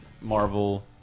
Marvel